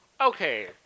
Okay